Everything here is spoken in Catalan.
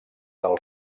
del